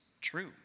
true